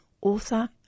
author